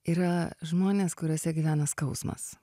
yra žmonės kuriuose gyvena skausmas